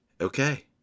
Okay